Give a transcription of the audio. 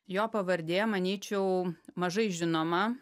jo pavardė manyčiau mažai žinoma